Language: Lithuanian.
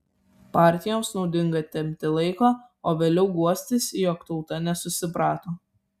partijoms naudinga tempti laiką o vėliau guostis jog tauta nesusiprato